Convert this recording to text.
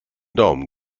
daumen